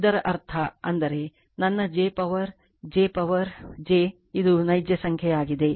ಅದರ ಅರ್ಥ ಅಂದರೆ ನನ್ನ j power j power j ಇದು ನೈಜ ಸಂಖ್ಯೆಯಾಗಿದೆ ಅದು e ಪವರ್ π 2